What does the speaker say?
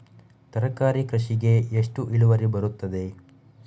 ತರಕಾರಿ ಕೃಷಿಗೆ ಎಷ್ಟು ಇಳುವರಿ ಬರುತ್ತದೆ?